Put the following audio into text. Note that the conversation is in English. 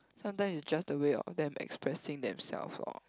sometimes is just the way of them expressing themselves lor